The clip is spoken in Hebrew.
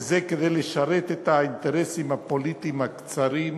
והיא לשרת את האינטרסים הפוליטיים הצרים,